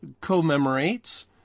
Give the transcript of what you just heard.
commemorates